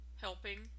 helping